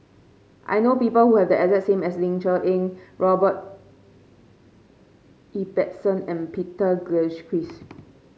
I know people who have the as Ling Cher Eng Robert Ibbetson and Peter Gilchrist